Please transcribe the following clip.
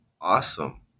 Awesome